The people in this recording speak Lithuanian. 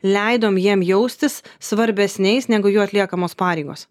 leidom jiem jaustis svarbesniais negu jų atliekamos pareigos